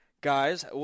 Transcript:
Guys